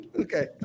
Okay